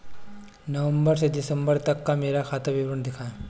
नवंबर से दिसंबर तक का मेरा खाता विवरण दिखाएं?